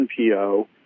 NPO